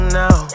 now